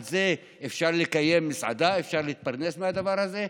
בזה אפשר לקיים מסעדה, אפשר להתפרנס מהדבר הזה?